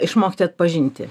išmokti atpažinti